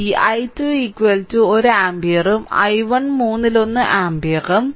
ഈ i2 1 ആമ്പിയറും i1 മൂന്നിലൊന്ന് ആമ്പിയറും